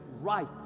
right